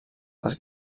les